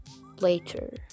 later